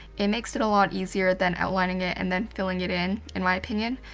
it makes it a lot easier than outlining it, and then filling it in in my opinion.